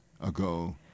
ago